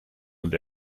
und